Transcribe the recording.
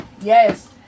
yes